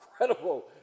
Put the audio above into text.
incredible